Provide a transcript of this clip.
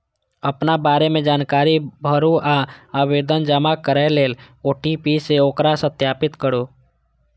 अपना बारे मे जानकारी भरू आ आवेदन जमा करै लेल ओ.टी.पी सं ओकरा सत्यापित करू